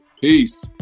Peace